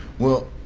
well,